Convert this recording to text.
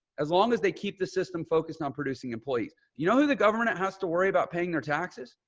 as long as they keep the system focused on producing employees, you know, who the government has to worry about paying their taxes,